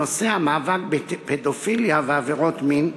נושא המאבק בפדופיליה ועבירות מין,